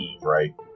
right